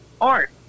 art